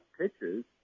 pitches